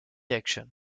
action